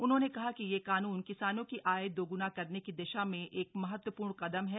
उन्होंने कहा कि यह कानून किसानों की आय दोगुना करने की दिशा में एक महत्वपूर्ण कदम है